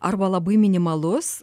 arba labai minimalus